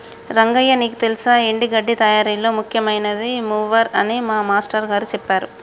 రంగయ్య నీకు తెల్సా ఎండి గడ్డి తయారీలో ముఖ్యమైనది మూవర్ అని మా మాష్టారు గారు సెప్పారు